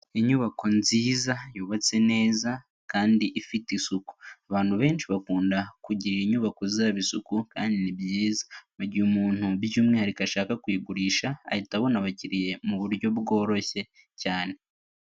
Inyubako nziza yubatse neza kandi ifite isuku. Abantu benshi bakunda kugira inyubako zabo isuku, kandi ni byiza. Mu gihe umuntu by'umwihariko ashaka kuyigurisha, ahita abona abakiriya mu buryo bworoshye cyane.